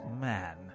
man